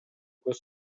көз